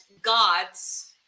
gods